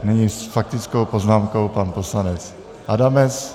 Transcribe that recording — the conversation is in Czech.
Nyní s faktickou poznámkou pan poslanec Adamec.